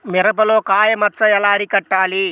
మిరపలో కాయ మచ్చ ఎలా అరికట్టాలి?